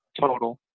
total